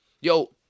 yo